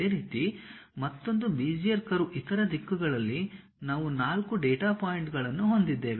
ಅದೇ ರೀತಿ ಮತ್ತೊಂದು ಬೆಜಿಯರ್ ಕರ್ವ್ ಇತರ ದಿಕ್ಕುಗಳಲ್ಲಿ ನಾವು 4 ಡೇಟಾ ಪಾಯಿಂಟ್ಗಳನ್ನು ಹೊಂದಿದ್ದೇವೆ